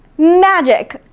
magic.